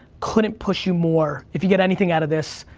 couldn't push you more. if you get anything out of this,